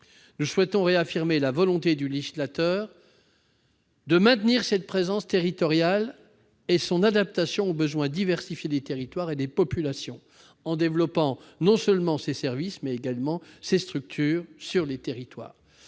nous souhaitons réaffirmer la volonté du législateur de maintenir cette présence postale territoriale et son adaptation aux besoins diversifiés des territoires et des populations, en développant non seulement ses services, mais également ses structures sur les territoires.